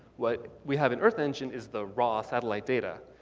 what we have in earth engine is the raw satellite data.